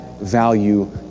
value